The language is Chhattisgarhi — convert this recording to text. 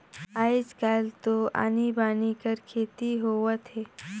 आयज कायल तो आनी बानी कर खेती होवत हे